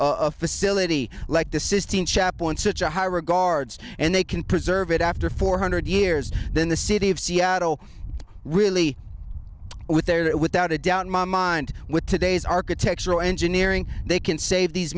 a facility like the sistine chapel in such a high regards and they can preserve it after four hundred years then the city of seattle really with their it without a doubt in my mind with today's architectural engineering they can save these